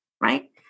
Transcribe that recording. right